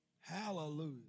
Hallelujah